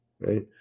Right